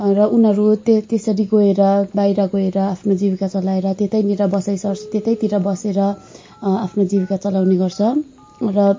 र उनीहरू त्य त्यसरी गएर बाहिर गएर आफ्नो जीविका चलाएर त्यतैनिर बसाइँ सर्छ त्यतैतिर बसेर आफ्नो जीविका चलाउने गर्छ र